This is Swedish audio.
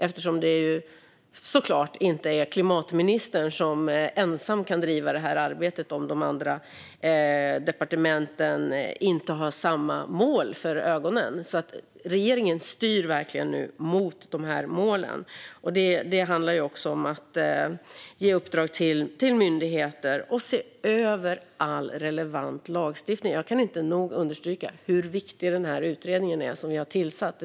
Klimatministern kan såklart inte driva det arbetet ensam om inte de andra departementen har samma mål för ögonen. Nu styr regeringen verkligen mot de målen. Det handlar också om att ge uppdrag åt myndigheter och att se över all relevant lagstiftning. Jag kan inte nog understryka hur viktig den utredning är som vi har tillsatt.